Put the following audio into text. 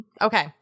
Okay